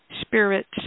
spirits